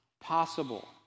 possible